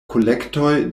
kolektoj